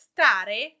Stare